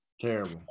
Terrible